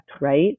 right